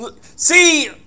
see